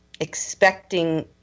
expecting